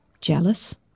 jealous